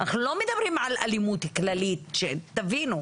אנחנו לא מדברים על אלימות כללית, שתבינו.